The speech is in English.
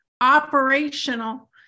operational